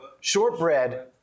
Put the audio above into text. Shortbread